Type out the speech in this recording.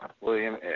William